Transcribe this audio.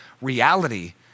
reality